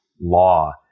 law